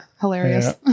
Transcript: Hilarious